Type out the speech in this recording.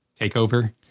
takeover